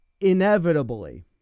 inevitably